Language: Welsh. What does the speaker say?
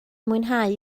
mwynhau